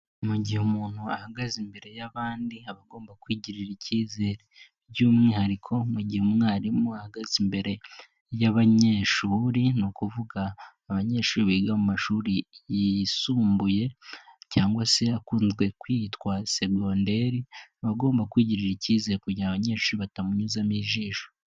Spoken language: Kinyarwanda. Mu gihe umuntu ahagaze imbere y'abandi aba agomba kwigirira icyizere by'umwihariko mu gihe umwarimu ahagaze imbere y'abanyeshuri, ni ukuvuga abanyeshuri biga mu mashuri yisumbuye cyangwa se akunze kwitwa segonderi aba agomba kwigirira icyizere kugira abanyeshuri batamunyuzamo ijisho.